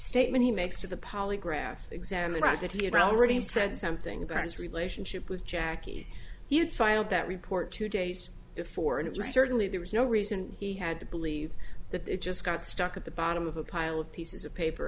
statement he makes to the polygraph examiner right that he had already said something about his relationship with jackie he had filed that report two days before and it certainly there was no reason he had to believe that they just got stuck at the bottom of a pile of pieces of paper